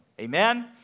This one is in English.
Amen